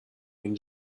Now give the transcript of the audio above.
این